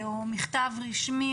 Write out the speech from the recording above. או מכתב רשמי,